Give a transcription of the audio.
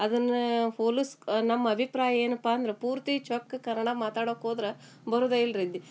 ಅದನ್ನು ಹೋಲಿಸ್ಕ್ ನಮ್ಮ ಅಭಿಪ್ರಾಯ ಏನಪ್ಪ ಅಂದ್ರೆ ಪೂರ್ತಿ ಚೊಕ್ಕ ಕನ್ನಡ ಮಾತಾಡೋಕ್ಕೋದ್ರೆ ಬರೋದೆ ಇಲ್ಲ ರೀ ಇದು